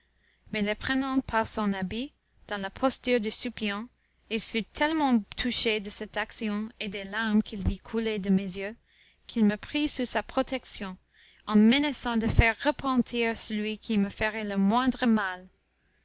mais le prenant par son habit dans la posture de suppliant il fut tellement touché de cette action et des larmes qu'il vit couler de mes yeux qu'il me prit sous sa protection en menaçant de faire repentir celui qui me ferait le moindre mal